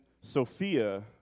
Sophia